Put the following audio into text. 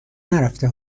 نرفته